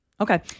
Okay